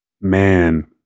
Man